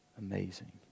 amazing